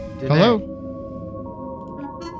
Hello